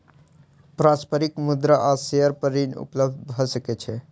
पारस्परिक मुद्रा आ शेयर पर ऋण उपलब्ध भ सकै छै